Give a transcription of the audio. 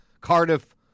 Cardiff